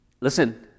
Listen